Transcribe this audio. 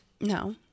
No